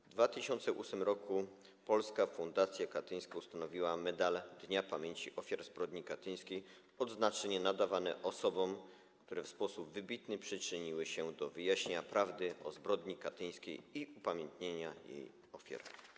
W 2008 r. Polska Fundacja Katyńska ustanowiła Medal Dnia Pamięci Ofiar Zbrodni Katyńskiej - odznaczenie nadawane osobom, które w sposób wybitny przyczyniły się do wyjaśnienia prawdy o zbrodni katyńskiej i upamiętnienia jej ofiar.